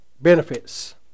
benefits